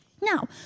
Now